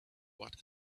what